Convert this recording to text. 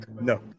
No